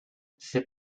c’est